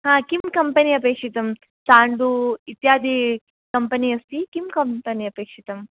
हा किं कम्पेनि अपेक्षितम् चाण्डु इत्यादि कम्पेनि अस्ति किं कम्पेनि अपिक्षितम्